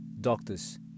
doctors